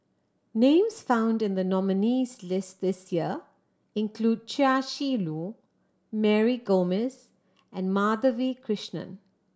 names found in the nominees' list this year include Chia Shi Lu Mary Gomes and Madhavi Krishnan